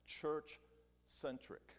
Church-centric